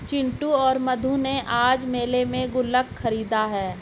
चिंटू और मधु ने आज मेले में गुल्लक खरीदा है